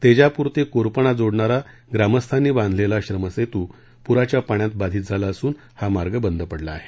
तेजापूर ते कोरपणा जोडणारा ग्रामस्थांनी बांधलेला श्रमसेतू पुराच्या पाण्यात बाधित झाला असून हा मार्ग बद पडला आहे